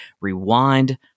Rewind